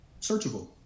searchable